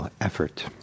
effort